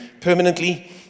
permanently